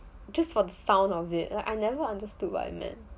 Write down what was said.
just for the sound of it like I never understood what I meant